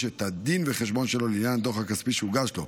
את הדין וחשבון שלו לעניין הדוח הכספי שהוגש לו.